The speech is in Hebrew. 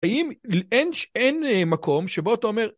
האם אין מקום שבו אתה אומר...